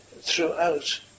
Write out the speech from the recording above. throughout